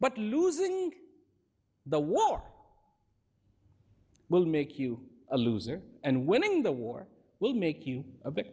but losing the war will make you a loser and winning the war will make you